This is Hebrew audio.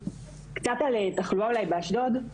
קצת על תחלואה אולי באשדוד.